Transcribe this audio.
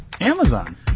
Amazon